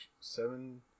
seven